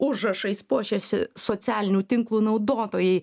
užrašais puošėsi socialinių tinklų naudotojai